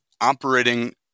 operating